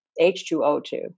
H2O2